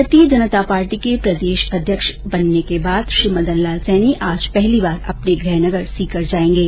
भारतीय जनता पार्टी के प्रदेश अध्यक्ष बनने के बाद मदन लाल सैनी आज पहली बार अपने गृह नगर सीकर जायेंगे